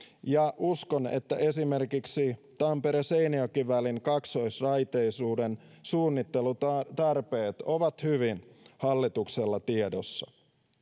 ja uskon että esimerkiksi tampere seinäjoki välin kaksoisraiteisuuden suunnittelutarpeet ovat hallituksella hyvin tiedossa